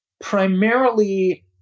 primarily